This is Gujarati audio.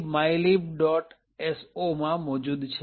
so માં મોજુદ છે